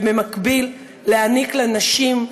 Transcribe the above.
ובמקביל להעניק לנשים,